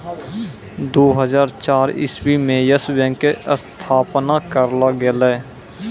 दु हजार चार इस्वी मे यस बैंक के स्थापना करलो गेलै